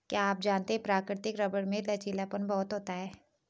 क्या आप जानते है प्राकृतिक रबर में लचीलापन बहुत होता है?